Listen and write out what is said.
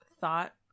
thought